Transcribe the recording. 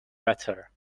better